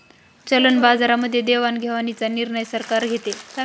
चलन बाजारामध्ये देवाणघेवाणीचा निर्णय सरकार घेते